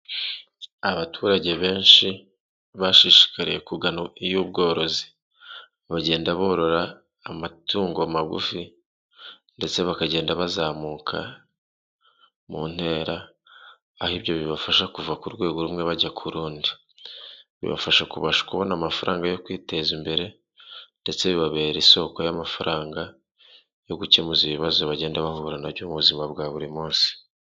Abaturage benshi bashishikariye kugano iy'ubworozi bagenda borora amatungo magufi ndetse bakagenda bazamuka mu ntera aho ibyo bibafasha kuva ku rwego rumwe bajya ku rundi, bibafasha kubasha kubona amafaranga yo kwiteza imbere ndetse bibabera isoko y'amafaranga yo gukemura ibibazo bagenda bahura nabyo mu buzima bwa buri munsi.